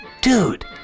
Dude